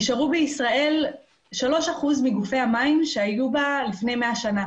שנשארו בישראל שלושה אחוזים מגופי המים שהיו בה לפני מאה שנים.